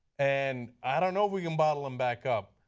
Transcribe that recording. and i don't know if we can bottle them back up.